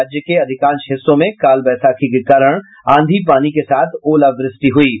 राज्य के अधिकांश हिस्सों में कालबैसाखी के कारण आंधी पानी के साथ ओलावृष्टि हुई है